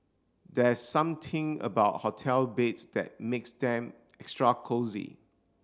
there's something about hotel beds that makes them extra cosy